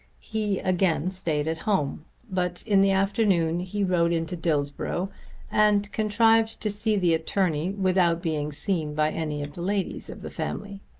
he again stayed at home but in the afternoon he rode into dillsborough and contrived to see the attorney without being seen by any of the ladies of the family.